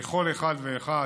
לכל אחד ואחד,